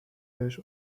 بهش